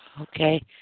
Okay